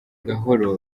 gahoro